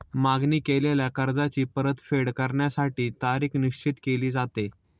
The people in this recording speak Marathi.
मागणी केलेल्या कर्जाची परतफेड करण्यासाठी तारीख निश्चित केली जाते